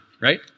right